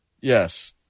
Yes